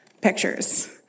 pictures